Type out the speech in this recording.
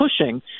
pushing